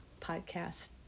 podcast